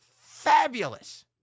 fabulous